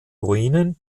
ruinen